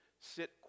sit